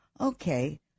Okay